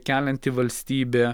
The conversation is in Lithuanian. kelianti valstybė